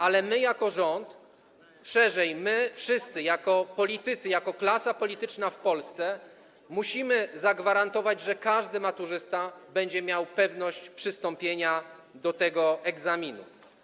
Ale my jako rząd, szerzej, my, wszyscy politycy, jako klasa polityczna w Polsce musimy zagwarantować, że każdy maturzysta będzie miał pewność przystąpienia do tego egzaminu.